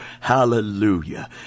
Hallelujah